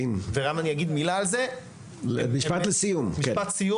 משפט לסיום.